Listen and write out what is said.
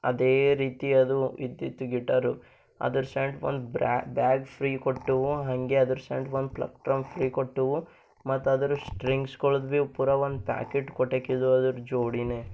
ಅದೇ ರೀತಿ ಅದು ಇದ್ದಿತ್ತು ಗಿಟಾರು ಅದರ ಸೆಂಟ್ ಒಂದು ಬ್ರೆ ಬ್ಯಾಗ್ ಫ್ರೀ ಕೊಟ್ಟು ಹಾಗೆ ಅದರ ಸೆಂಟ್ ಒಂದು ಪ್ಲಕ್ಟ್ರಮ್ ಫ್ರೀ ಕೊಟ್ಟು ಮತ್ತು ಅದರ ಸ್ಟ್ರಿಂಗ್ಸ್ಗಳದು ಭೀ ಪೂರಾ ಒಂದು ಪ್ಯಾಕೆಟ್ ಕೊಟ್ಟಾಕಿದ್ದು ಅದರ ಜೋಡಿನೇ